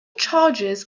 charges